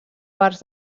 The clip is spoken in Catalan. parts